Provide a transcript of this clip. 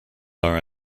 are